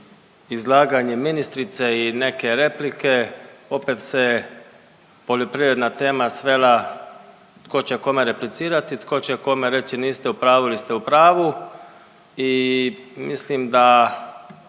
izlaganje ministrice i neke replike, opet se poljoprivredna tema svela tko će kome replicirati, tko će kome reći niste u pravu ili ste u pravu i mislim da,